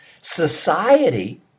Society